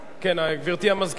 גברתי המזכירה.